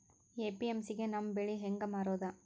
APMC ಗೆ ನಮ್ಮ ಬೆಳಿ ಹೆಂಗ ಮಾರೊದ?